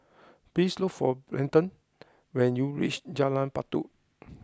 please look for Brenton when you reach Jalan Batu